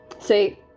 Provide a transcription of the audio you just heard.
see